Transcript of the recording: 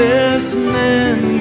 Listening